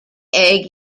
egg